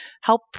help